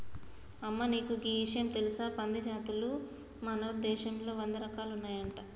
అమ్మ నీకు గీ ఇషయం తెలుసా పంది జాతులు మన దేశంలో వంద రకాలు ఉన్నాయంట